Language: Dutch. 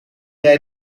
jij